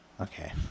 Okay